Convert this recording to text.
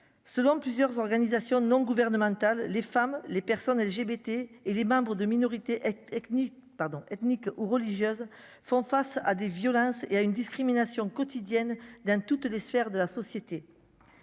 selon plusieurs organisations non gouvernementales, les femmes, les personnes LGBT et les membres de minorités est technique, pardon, ethniques ou religieuses font face à des violences et à une discrimination quotidienne dans toutes les sphères de la société.